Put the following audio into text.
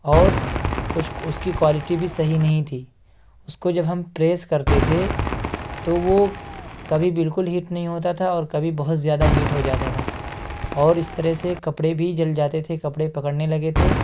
اور کچھ اس کی کوالٹی بھی صحیح نہیں تھی اس کو جب ہم پریس کرتے تھے تو وہ کبھی بالکل ہیٹ نہیں ہوتا تھا اور کبھی بہت زیادہ ہیٹ ہو جاتا تھا اور اس طرح سے کپڑے بھی جل جاتے تھے کپڑے پکڑنے لگے تھے